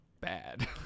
bad